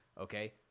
okay